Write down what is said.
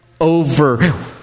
over